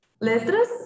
letras